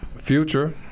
Future